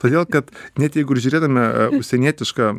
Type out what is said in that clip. todėl kad net jeigu ir žiūrėtume užsienietiška